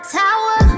tower